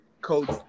coach